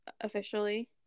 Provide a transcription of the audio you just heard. officially